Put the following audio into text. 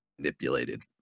manipulated